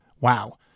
Wow